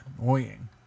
annoying